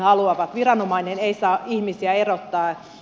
viranomainen ei saa ihmisiä erottaa